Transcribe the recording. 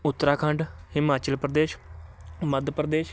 Uttarakhand Himachal Pradesh Madhya Pradesh